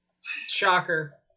Shocker